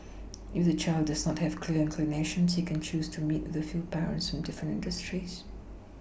if the child does not have clear inclinations he can choose to meet with a few parents from different industries